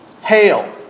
Hail